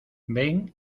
ven